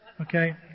Okay